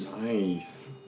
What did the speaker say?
Nice